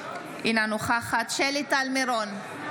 אינה נוכחת שלי טל מירון,